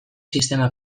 sistema